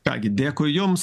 ką gi dėkui jums